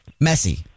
messy